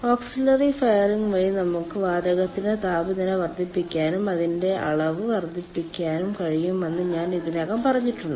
auxiliary firing വഴി നമുക്ക് വാതകത്തിന്റെ താപനില വർദ്ധിപ്പിക്കാനും അതിന്റെ അളവ് വർദ്ധിപ്പിക്കാനും കഴിയുമെന്ന് ഞാൻ ഇതിനകം പറഞ്ഞിട്ടുണ്ട്